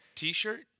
T-shirt